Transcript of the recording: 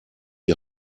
die